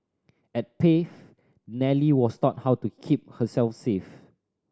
at Pave Nellie was taught how to keep herself safe